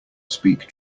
speak